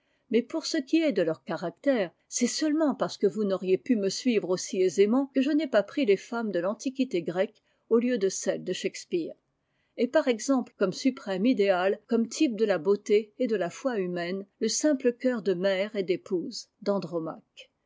mais pour ce qui est de leurs caractères c'est seulement parce que vous n'auriez pu me suivre aussi aisément que je n'ai pas pris les femmes de l'antiquité grecque au lieu de celles de shakespeare et par exemple comme suprême idéal comme type de la beauté et de la foi humaines le simple cœur de mère et d'épouse